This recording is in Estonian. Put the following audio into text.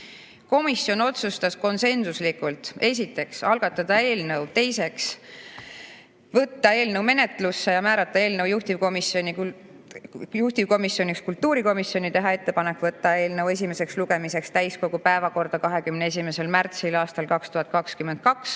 Komisjon otsustas konsensuslikult: esiteks, algatada eelnõu, teiseks, võtta eelnõu menetlusse ja määrata eelnõu juhtivkomisjoniks kultuurikomisjon ja teha ettepanek võtta eelnõu esimeseks lugemiseks täiskogu päevakorda 21. märtsil aastal 2022,